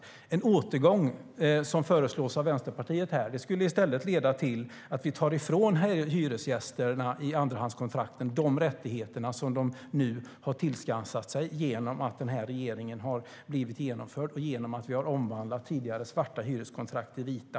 En återgång som föreslås av Vänsterpartiet här skulle i stället leda till att vi tar ifrån hyresgäster med andrahandskontrakt de rättigheter som de nu har tillskansat sig genom det som har genomförts i och med att vi har omvandlat tidigare svarta hyreskontrakt till vita.